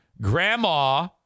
Grandma